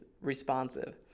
responsive